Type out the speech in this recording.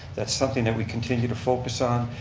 that's something that we continue to focus on.